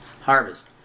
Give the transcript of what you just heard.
harvest